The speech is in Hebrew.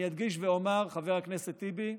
אני אדגיש ואומר, חבר הכנסת טיבי,